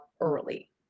early